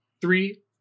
three